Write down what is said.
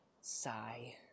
Sigh